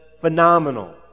phenomenal